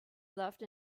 left